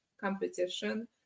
competition